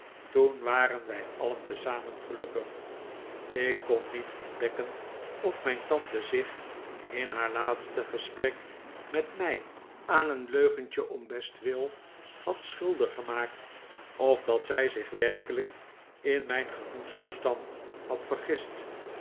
toen waren wij alien tezamen gelukkig ik kon niet ontdekken of mijn tante zich in haar laatste gesprek met mij aan een leugentje om bestwil had schuldig gemaakt of dat zij zich werkelijk in mijn gemoedstoestand had vergist